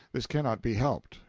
this cannot be helped.